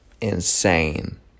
insane